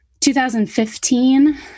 2015